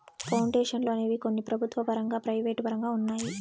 పౌండేషన్లు అనేవి కొన్ని ప్రభుత్వ పరంగా ప్రైవేటు పరంగా ఉన్నాయి